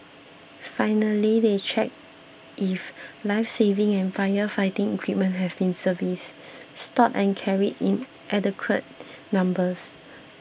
finally they check if lifesaving and firefighting equipment has been serviced stowed and carried in adequate numbers